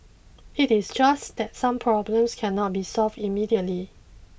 it is just that some problems cannot be solved immediately